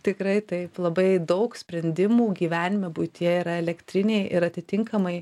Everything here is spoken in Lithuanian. tikrai taip labai daug sprendimų gyvenime buityje yra elektriniai ir atitinkamai